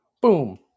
boom